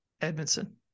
Edmondson